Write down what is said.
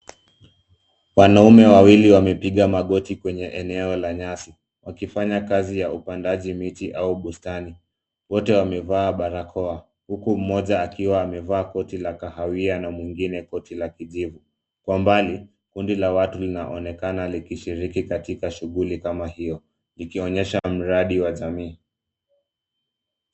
Wanaume wawili wamepiga magoti kwenye eneo la nyasi wakifanya kazi ya upandaji miti au bustani. Wote wamevaa barakoa huku mmoja akiwa amevaa koti la kahawia na mwengine koti la kijivu. Kwa mbali kundi la watu linaonekana likishiriki katika shughuli kama hiyo likionyesha mradi wa jamii.